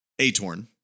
ATorn